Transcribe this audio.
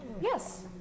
yes